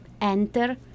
enter